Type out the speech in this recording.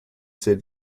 said